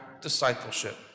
discipleship